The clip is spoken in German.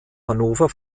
hannover